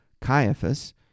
Caiaphas